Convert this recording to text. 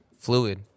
Fluid